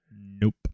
Nope